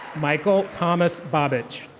michael thomas bobbich.